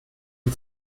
die